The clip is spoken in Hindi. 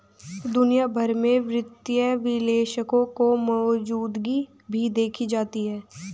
दुनिया भर में वित्तीय विश्लेषकों की मौजूदगी भी देखी जाती है